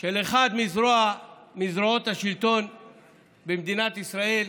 של אחת מזרועות השלטון במדינת ישראל,